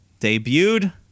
debuted